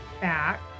back